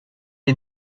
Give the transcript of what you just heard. est